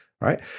right